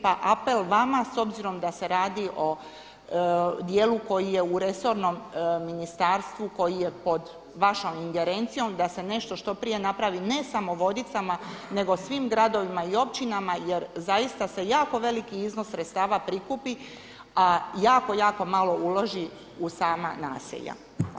Pa apel vama s obzirom da se radi o dijelu koji je u resornom ministarstvu, koji je pod vašom ingerencijom da se nešto što prije napravi ne samo Vodicama nego svim gradovima i općinama jer zaista se jako veliki iznos sredstava prikupi a jako, jako malo uloži u sama nasilja.